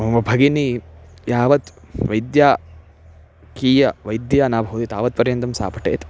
मम भगिनी यावत् वैद्याकीया वैद्या न भवति तावत्पर्यन्तं सा पठेत्